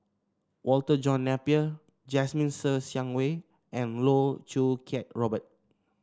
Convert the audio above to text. Walter John Napier Jasmine Ser Xiang Wei and Loh Choo Kiat Robert